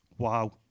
wow